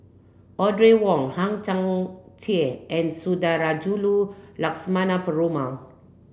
Audrey Wong Hang Chang Chieh and Sundarajulu Lakshmana Perumal